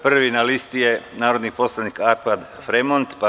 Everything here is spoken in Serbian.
Prvi na listi je narodni poslanik Arpad Fremond.